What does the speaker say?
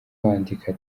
bandika